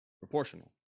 proportional